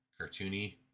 Cartoony